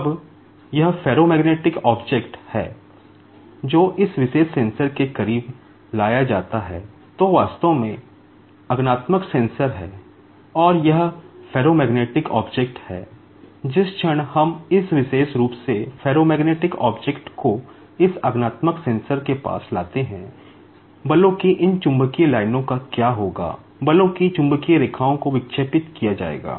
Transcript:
अब यह ferromagnetic object के पास लाते हैं बलों की इन चुंबकीय लाइनों का क्या होगा बलों की चुंबकीय रेखाओं को विक्षेपित किया जाएगा